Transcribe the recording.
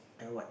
and what